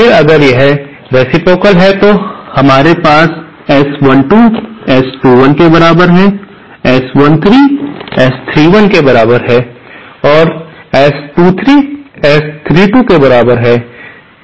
फिर अगर यह रेसिप्रोकाल है तो हमारे पास S12 S21 के बराबर है S13 S31 के बराबर है और S23 S32 के बराबर है